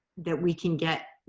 that we can get,